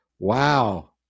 wow